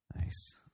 Nice